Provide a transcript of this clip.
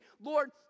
Lord